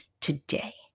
today